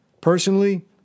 Personally